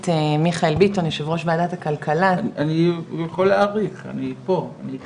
אני יכול להעריך, אני פה, אני כאן,